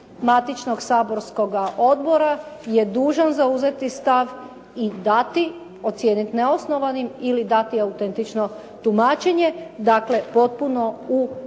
matičnog saborskoga odbora je dužan zauzeti stav i dati, ocijeniti neosnovanim ili dati autentično tumačenje, dakle potpuno u pravnim